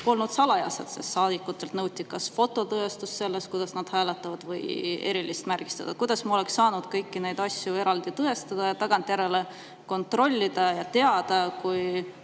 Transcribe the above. polnud salajased, sest saadikutelt nõuti kas fototõestust sellest, kuidas nad hääletasid, või erilist märgistust. Kuidas me oleksime saanud kõiki neid asju eraldi tõestada ja tagantjärele kontrollida ja teada, kui